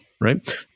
right